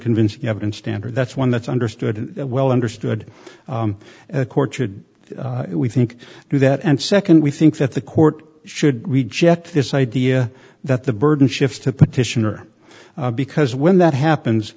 convincing evidence standard that's one that's understood well understood the court should we think do that and nd we think that the court should reject this idea that the burden shifts to the petitioner because when that happens